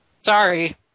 Sorry